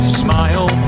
smile